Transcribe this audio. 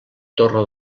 torre